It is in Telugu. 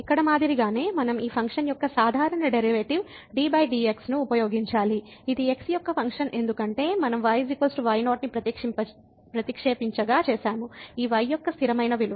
ఇక్కడ మాదిరిగానే మనం ఈ ఫంక్షన్ యొక్క సాధారణ డెరివేటివ్ ddxను ఉపయోగించాలి ఇది x యొక్క ఫంక్షన్ ఎందుకంటే మనం y y0 ను ప్రతిక్షేపించగా చేసాము ఈ y యొక్క స్థిరమైన విలువ